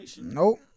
Nope